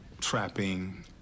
trapping